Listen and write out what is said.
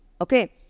Okay